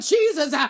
Jesus